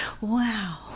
Wow